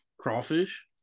crawfish